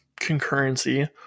concurrency